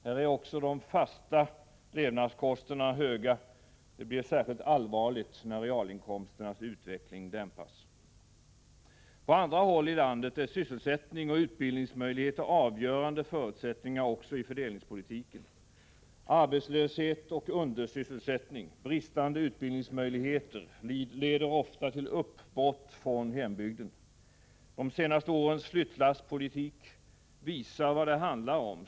Här är också de fasta levnadskostnaderna höga. Det blir särskilt allvarligt när realinkomsternas utveckling dämpas. På andra håll i landet är sysselsättning och utbildningsmöjligheter avgörande förutsättningar också i fördelningspolitiken. Arbetslöshet och undersysselsättning samt bristande utbildningsmöjligheter leder ofta till uppbrott från hembygden. De senaste årens flyttlasspolitik visar vad det handlar om.